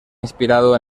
inspirado